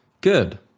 good